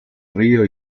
río